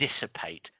dissipate